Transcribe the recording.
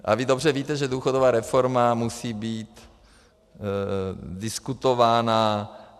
A vy dobře víte, že důchodová reforma musí být diskutována.